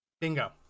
bingo